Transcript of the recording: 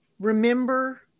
remember